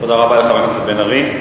תודה רבה לחבר הכנסת בן-ארי.